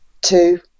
Two